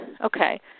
Okay